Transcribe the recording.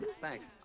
thanks